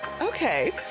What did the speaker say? Okay